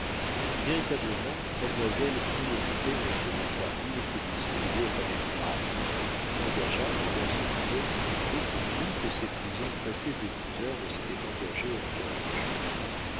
véritablement mademoiselle crut occuper monsieur de troisville qui lui souriait avec grâce et qui s'engagea pendant ce dîner beaucoup plus que ses plus empressés épouseurs ne s'étaient engagés en quinze jours